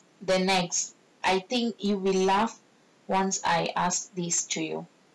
the next I think you will laugh once I ask this to you